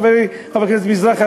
חברי חבר הכנסת מזרחי.